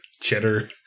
cheddar